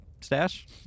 stash